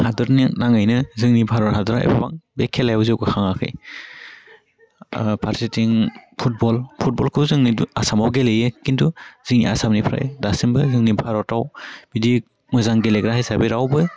हादोरनि नाङैनो जोंनि भारत हादरा एफाबां बे खेलायाव जौगा खाङाखै ओह फारसेथिं फुटबल फुटबलखौ जोंनि आसामाव गेलेयो खिन्थु जोंनि आसामनिफ्राय दासिमबो जोंनि भारताव बिदि मोजां गेलेग्रा हिसाबै रावबो